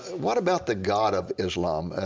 what about the god of islam?